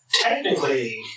Technically